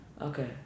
Okay